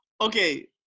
Okay